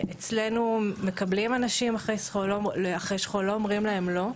אצלנו מקבלים אנשים אחרי שכול, לא אומרים להם לא.